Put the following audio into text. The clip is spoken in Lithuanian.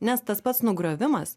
nes tas pats nugriovimas